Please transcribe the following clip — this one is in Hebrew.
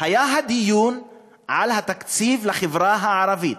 היה הדיון על התקציב לחברה הערבית